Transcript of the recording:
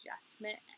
adjustment